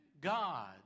God